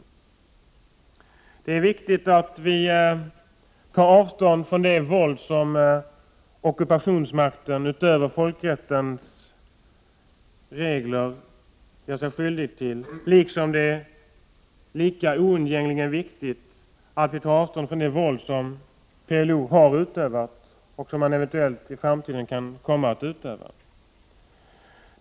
Det är viktigt att vi tar avstånd från det våld som ockupationsmakten gör sig skyldig till i strid mot folkrättens regler, på samma sätt som det oundgängligen är viktigt att vi tar avstånd från det våld som PLO har utövat och som man eventuellt i framtiden kan komma att utöva.